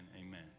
amen